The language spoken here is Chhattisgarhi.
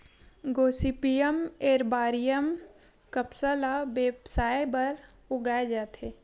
गोसिपीयम एरबॉरियम कपसा ल बेवसाय बर उगाए जाथे